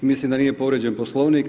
Mislim da nije povrijeđen Poslovnik.